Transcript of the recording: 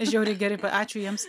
žiauriai gerai ačiū jiems